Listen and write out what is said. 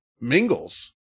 Mingles